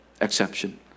exception